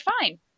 fine